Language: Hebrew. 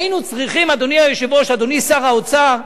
היינו צריכים, אדוני היושב-ראש, אדוני שר האוצר,